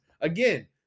Again